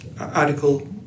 Article